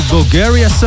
Bulgaria